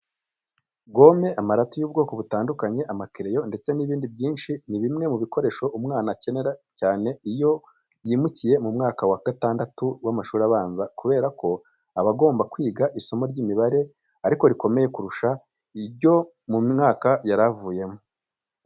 Gome, amarati y'ubwoko butandukanye, amakereyo ndetse n'ibindi byinshi, ni bimwe mu bikoresho umwana akenera cyane iyo yimukiye mu mwaka wa gatandatu w'amashuri abanza kubera ko aba agomba kwiga isomo ry'imibare, ariko rikomeye kurusha iryo mu mwaka yari avuyemo.